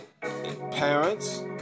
parents